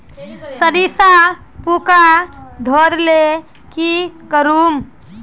सरिसा पूका धोर ले की करूम?